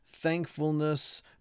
thankfulness